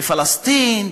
בפלסטין,